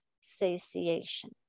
satiation